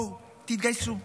בואו, תתגייסו.